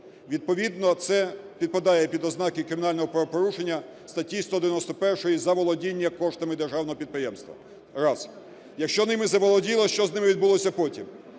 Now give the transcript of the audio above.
Відповідно це підпадає під ознаки кримінального правопорушення, статті 191 "Заволодіння коштами державного підприємства". Раз. Якщо ними заволоділи, що з ними відбулося потім?